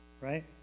Right